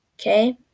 okay